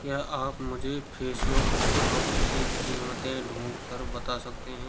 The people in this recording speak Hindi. क्या आप मुझे फेसबुक स्टॉक की कीमतें ढूँढ कर बता सकते हैं